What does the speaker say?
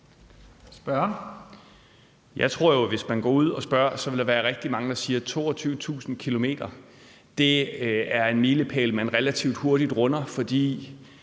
Jeg tror jo, at der, hvis man går ud og spørger, vil være rigtig mange, der siger: 22.000 km er en milepæl, man relativt hurtigt runder.